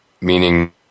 meaning